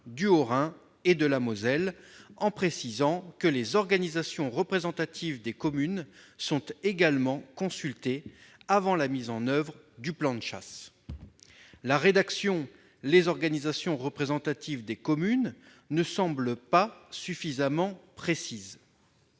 du Haut-Rhin et de la Moselle, tout en précisant que « les organisations représentatives des communes sont également consultées avant la mise en oeuvre du plan de chasse ». La notion d'« organisations représentatives des communes » ne semble pas suffisamment précise.